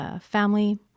family